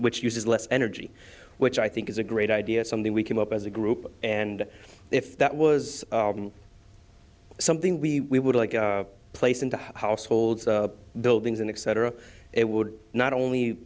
which uses less energy which i think is a great idea something we came up as a group and if that was something we would like to place into households buildings and exciter it would not only